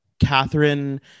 Catherine